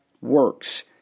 works